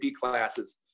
classes